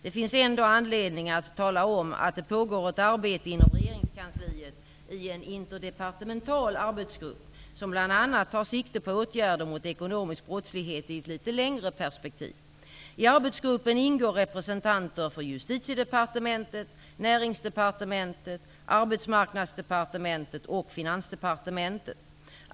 Det finns ändå anledning att tala om att det pågår ett arbete inom regeringskansliet i en interdepartemental arbetsgrupp som bl.a. tar sikte på åtgärder mot ekonomisk brottslighet i ett litet längre perspektiv. I arbetsgruppen ingår representanter för Finansdepartementet.